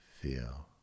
feel